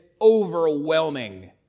overwhelming